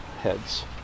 heads